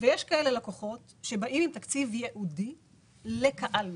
יש לקוחות שבאים עם תקציב ייעודי לקהל מסוים,